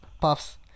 puffs